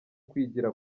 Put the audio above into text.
kwigira